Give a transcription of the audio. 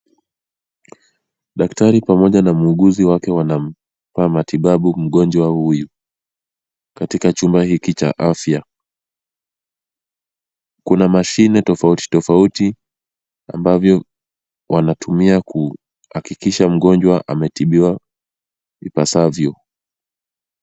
Daktari pamoja na muuguzi wake wanamatibabu mgonjwa huyu. Katika chumba hiki cha afya kuna mashine tofauti tofauti ambavyo wanatumia kuhakikisha mgonjwa ametibiwa ipasavyo.